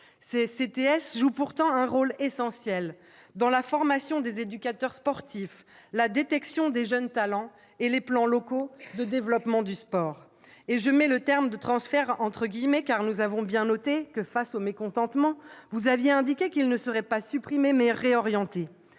Ces CTS jouent pourtant un rôle essentiel dans la formation des éducateurs sportifs, la détection des jeunes talents et les plans locaux de développement du sport. Je mets le terme « transfert » entre guillemets, car nous avons bien noté que, face au mécontentement, le Gouvernement a indiqué que ces conseillers seraient non pas supprimés, mais réorientés.